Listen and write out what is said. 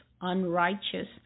unrighteous